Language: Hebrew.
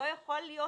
לא יכול להיות